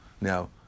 Now